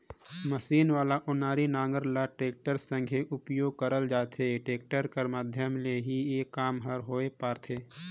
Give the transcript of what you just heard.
machine वाला ओनारी नांगर ल टेक्टर संघे उपियोग करल जाथे, टेक्टर कर माध्यम ले ही ए काम हर होए पारथे